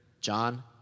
John